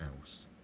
else